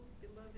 beloved